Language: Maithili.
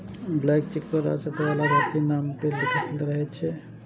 ब्लैंक चेक पर राशि अथवा लाभार्थी के नाम नै लिखल रहै छै